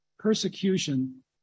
Persecution